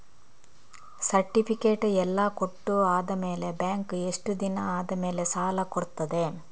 Certificate ಎಲ್ಲಾ ಕೊಟ್ಟು ಆದಮೇಲೆ ಬ್ಯಾಂಕ್ ಎಷ್ಟು ದಿನ ಆದಮೇಲೆ ಸಾಲ ಕೊಡ್ತದೆ?